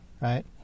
right